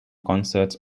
concerts